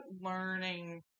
learning